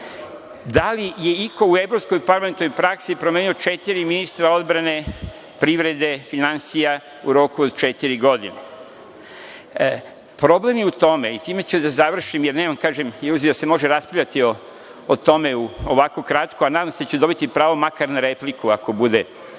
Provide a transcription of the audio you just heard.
Da li je iko u evropskoj parlamentarnoj praksi promenio četiri ministra odbrane, privrede, finansija u roku od četiri godine? Problem je u tome, i sa time ću da završim, jer nemam iluzija da se može raspravljati o tome ovako kratko, a nadam se da ću dobiti pravo makar na repliku ako bude